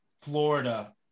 Florida